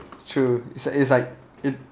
true it's it's like it